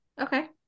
Okay